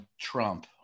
Trump